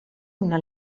una